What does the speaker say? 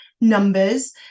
numbers